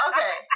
Okay